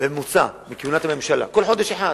בממוצע בכהונת הממשלה כל חודש אחד.